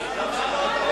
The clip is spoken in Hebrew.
כרמל.